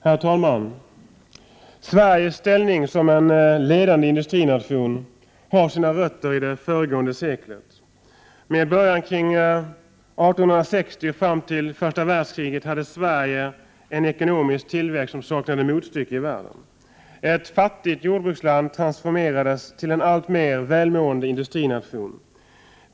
Herr talman! Sveriges ställning som en ledande industrination har sina rötter i det föregående seklet. Med början kring 1860 och fram till första världskriget hade Sverige en ekonomisk tillväxt som saknade motstycke i världen. Ett fattigt jordbruksland transformerades till en alltmer välmående industrination.